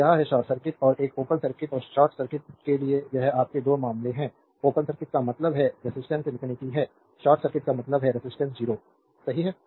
तो यह है शॉर्ट सर्किट और एक ओपन सर्किट और शॉर्ट सर्किट के लिए यह आपके 2 मामले हैं ओपन सर्किट का मतलब है रेजिस्टेंस इंफिनिटी है शॉर्ट सर्किट का मतलब है रेजिस्टेंस 0 सही है